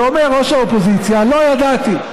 ואומר ראש האופוזיציה: לא ידעתי,